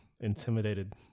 intimidated